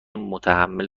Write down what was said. متحمل